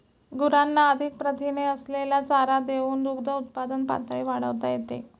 गुरांना अधिक प्रथिने असलेला चारा देऊन दुग्धउत्पादन पातळी वाढवता येते